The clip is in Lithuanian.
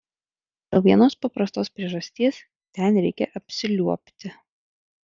dėl vienos paprastos priežasties ten reikia apsiliuobti